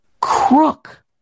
crook